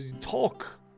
talk